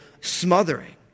smothering